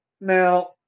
Now